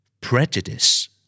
Prejudice